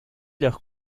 leur